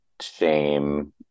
shame